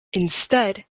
instead